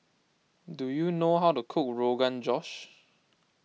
do you know how to cook Rogan Josh